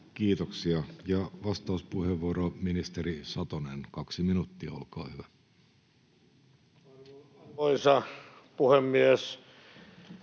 Kiitoksia. — Ja vastauspuheenvuoro, ministeri Satonen, kaksi minuuttia, olkaa hyvä. Arvoisa puhemies!